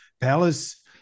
palace